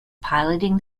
piloting